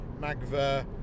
Magver